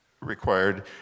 required